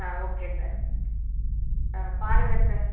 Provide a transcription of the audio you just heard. ஆ okay sir ஆ பாருங்க sir